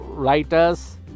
writers